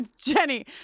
Jenny